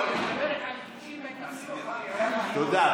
תודה.